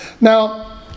Now